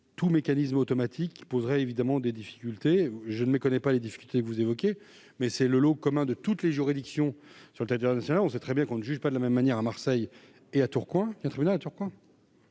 Tout mécanisme automatique poserait des difficultés. Je ne méconnais pas les difficultés que vous évoquez, monsieur le ministre, mais elles sont le lot commun de toutes les juridictions sur le territoire national. On sait ainsi que l'on ne juge pas de la même manière à Marseille ou à Tourcoing,